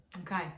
Okay